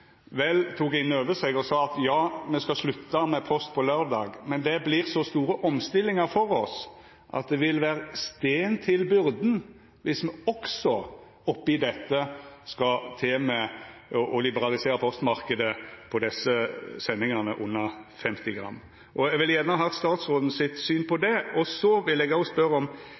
vel tok det inn over seg og sa at ja, me skal slutta med postombering på laurdagar, men det vert så store omstillingar for oss at det vil leggja stein til byrda om me òg oppi dette skal til med å liberalisera postmarknaden for desse sendingane under 50 gram. Eg vil gjerne ha statsråden sitt syn på det. Så vil eg òg spørja om